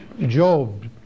Job